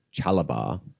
Chalabar